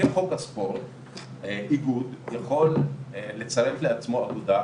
בספורט איגוד יכול לצרף לעצמו אגודה,